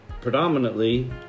predominantly